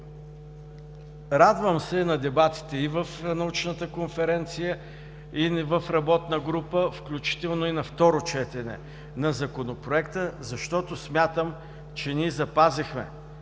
Радвам се на дебатите и в Научната конференция, и в работната група, включително и на второ четене на Законопроекта, защото смятам, че ние запазихме